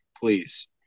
please